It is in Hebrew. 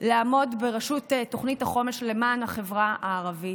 לעמוד בראשות תוכנית החומש למען החברה הערבית,